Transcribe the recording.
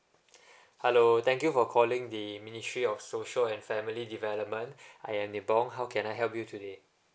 hello thank you for calling the ministry of social and family development I am nibong how can I help you today